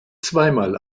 zweimal